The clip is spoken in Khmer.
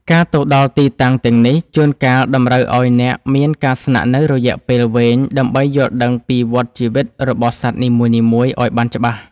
ការទៅដល់ទីតាំងទាំងនេះ ជួនកាលតម្រូវឱ្យអ្នកមានការស្នាក់នៅរយៈពេលវែងដើម្បីយល់ដឹងពីវដ្តជីវិតរបស់សត្វនីមួយៗឱ្យបានច្បាស់។